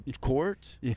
court